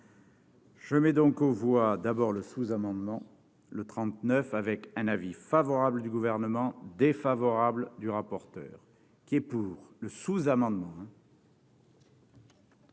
Je mets donc aux voix d'abord le sous-amendement le 39 avec un avis favorable du Gouvernement défavorables du rapporteur qui est pour le sous-amendement.